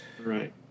right